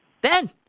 Ben